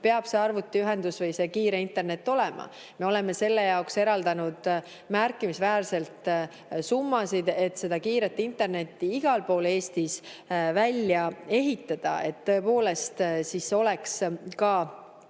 peab arvutiühendus või kiire internet olema. Me oleme eraldanud märkimisväärseid summasid, et kiiret internetti igal pool Eestis välja ehitada, et tõepoolest oleks ka